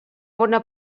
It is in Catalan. bona